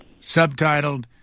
subtitled